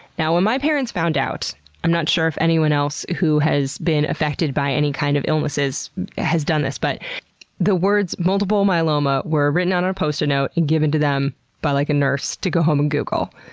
now, when my parents found out i'm not sure if anyone else who has been affected by any kind of illnesses has done this, but the words multiple myeloma were written on a post-it note and given to them by, like, a nurse to go home and google.